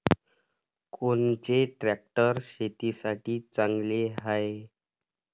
कोनचे ट्रॅक्टर शेतीसाठी चांगले हाये?